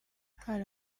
hari